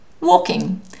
walking